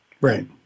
Right